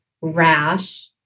rash